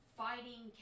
fighting